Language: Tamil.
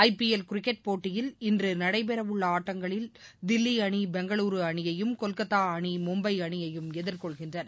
ஐபிஎல் கிரிக்கெட் போட்டியில இன்று நடைபெற்வுள்ள் ஆட்டங்களில் தில்லி அணி பெங்களுரு அணியையும் கொல்கத்தா அணி மும்பை அணியையும் எதிர்கொள்கின்றன